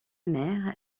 mère